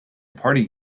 party